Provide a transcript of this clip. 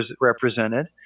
represented